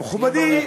תהיה בריא.